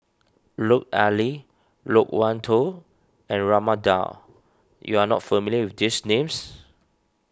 Lut Ali Loke Wan Tho and Raman Daud you are not familiar with these names